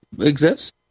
exists